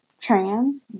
Trans